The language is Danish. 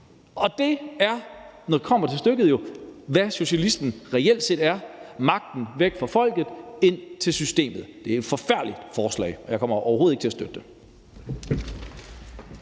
Det er, når det kommer til stykket, hvad socialismen reelt set går ud på, nemlig at tage magten væk fra folket og give den til systemet. Det er et forfærdeligt forslag, og jeg kommer overhovedet ikke til at støtte det.